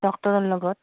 ডক্তৰৰ লগত